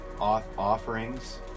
offerings